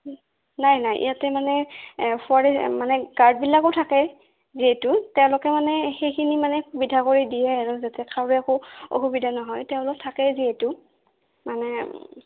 নাই নাই ইয়াতে মানে এ ফৰেষ্ট মানে গাৰ্ডবিলাকো থাকে যিহেতু তেওঁলোকে মানে সেইখিনি মানে সুবিধা কৰি দিয়ে আৰু যাতে কাৰো একো অসুবিধা নহয় তেওঁলোক থাকেই যিহেতু মানে